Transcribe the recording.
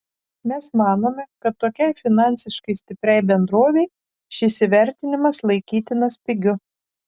mes manome kad tokiai finansiškai stipriai bendrovei šis įvertinimas laikytinas pigiu